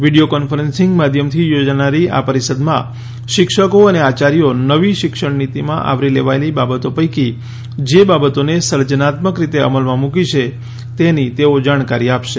video conferencing માધ્યમથી યોજાનારી આ પરિષદમાં શિક્ષકો અને આયાર્યો નવી શિક્ષણ નીતિમાં આવરી લેવાયેલી બાબતો પૈકી જે બાબતોને સર્જનાત્મક રીતે અમલમાં મૂકી છે તેની તેઓ જાણકારી આપશે